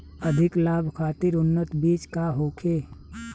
अधिक लाभ खातिर उन्नत बीज का होखे?